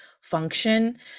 function